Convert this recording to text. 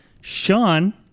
sean